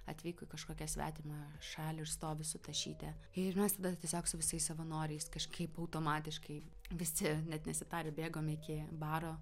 atvyko į kažkokią svetimą šalį ir stovi su tašyte ir mes tada tiesiog su visais savanoriais kažkaip automatiškai visi net nesitarę bėgome iki baro